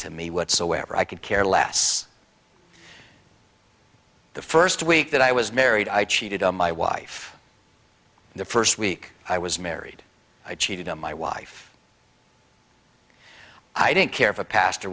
to me whatsoever i could care less the first week that i was married i cheated on my wife the first week i was married i cheated on my wife i didn't care for a pastor